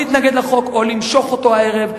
למשוך אותו הערב,